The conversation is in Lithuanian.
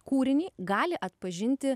kūrinį gali atpažinti